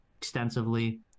extensively